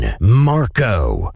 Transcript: Marco